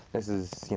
this is, you